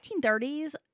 1930s